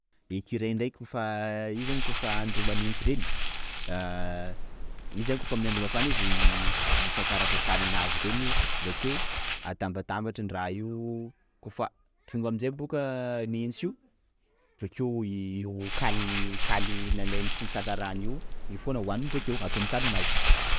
Ny ecureuil ndraiky koafa io zany koafa andro manintsy reny, izy zany koafa aminy andro mafana izy mitsakaraka kalinazy reny, bakeo atambatambatrany raha io, koafa tonga amizay boka nintsy io, bakeo io kaliny kaly nalainy sy nitsakarahany io, io fona hoaniny bokeo, karaha zany.